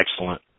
Excellent